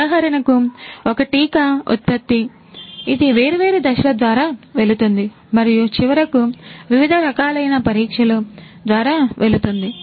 ఉదాహరణకు ఒక టీకా ఉత్పత్తి ఇది వేర్వేరు దశల ద్వారా వెళుతుంది మరియు చివరకు వివిధ రకాలైన పరీక్షలు ద్వారా వెళుతుంది